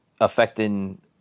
affecting